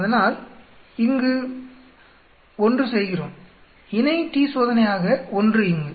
அதனால் இங்கு 1 செய்கிறோம் இணை t சோதனை ஆக 1 இங்கு